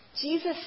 Jesus